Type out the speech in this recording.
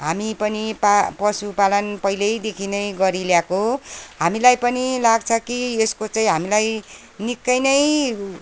हामी पनि पा पशुपालन पहिल्यैदेखि नै गरी ल्याएको हामीलाई पनि लाग्छ कि यसको चाहिँ हामीलाई निकै नै